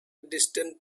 distant